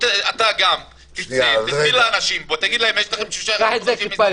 אתה גם תפנה לאנשים ותגיד להם: יש לכם שישה חודשים --- חמד,